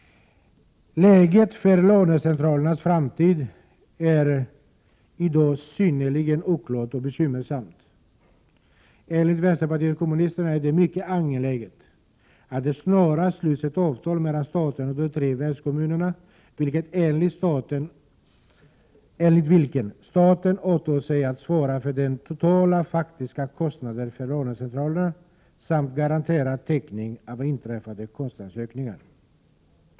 Läget för lånecentralernas framtid är i dag synnerligen oklart och bekymmersamt. Enligt vänsterpartiet kommunisterna är det mycket angeläget att det snarast sluts ett avtal mellan staten och de tre värdkommunerna, enligt vilket staten åtar sig att svara för de totala, faktiska kostnaderna vid lånecentralerna, samt garanterar täckning av inträffade kostnadsökningar.